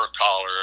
collar